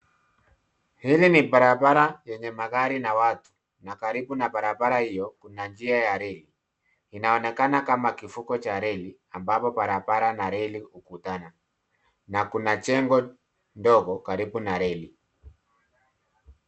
Hili ni barabara yenye magari na watu na karibu ya barabara hiyo kuna njia ya reli. Inaonekana kama kivuko cha reli, ambapo barabara na reli hukutana. Na kuna jengo ndogo karibu na reli.